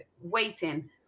waiting